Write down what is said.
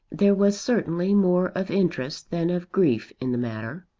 there was certainly more of interest than of grief in the matter.